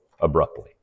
abruptly